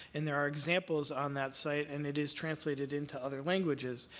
and there are examples on that site, and it is translated into other languages.